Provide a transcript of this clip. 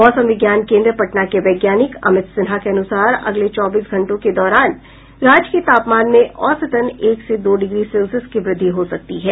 मौसम विज्ञान केन्द्र पटना के वैज्ञानिक अमित सिन्हा के अनुसार अगले चौबीस घंटों के दौरान राज्य के तापमान में औसतन एक से दो डिग्री सेल्सियस की वृद्धि हो सकती है